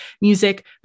music